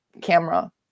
camera